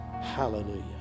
Hallelujah